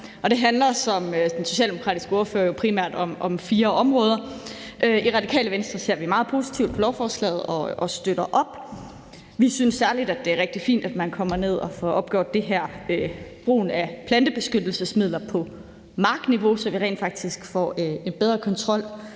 det handler, som den socialdemokratiske ordfører er inde på, jo primært om fire områder. I Radikale Venstre ser vi meget positivt på lovforslaget og støtter op. Vi synes særlig, at det er rigtig fint, at man kommer ned og får opgjort det her i forhold til brugen af plantebeskyttelsesmidler på markniveau, så vi rent faktisk får en bedre kontrol